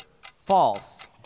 False